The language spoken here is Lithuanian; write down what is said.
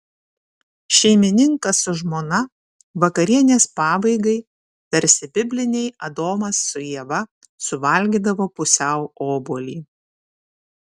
šeimininkas su žmona vakarienės pabaigai tarsi bibliniai adomas su ieva suvalgydavo pusiau obuolį